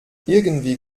irgendwie